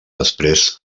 després